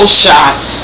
shots